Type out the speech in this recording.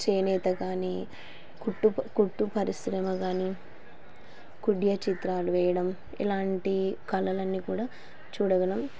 చేనేత కానీ కుట్టు కుట్టు పరిశ్రమ కానీ కుడ్య చిత్రాలు వేయడం ఇలాంటి కలలు అన్నీ కూడా చూడగలం